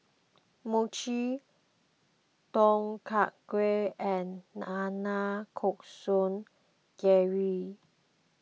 Mochi Tom Kha Gai and Nanakusa Gayu